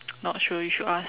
not sure you should ask